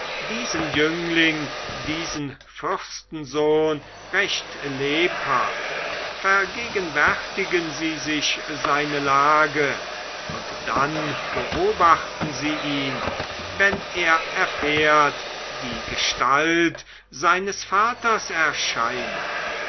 diesen jüngling diesen fürstensohn recht lebhaft vergegenwärtigen sie sich seine lage und dann beobachten sie ihn wenn er erfährt die gestalt seines vaters erscheine